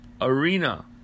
arena